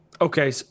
Okay